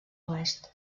oest